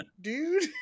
dude